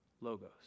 logos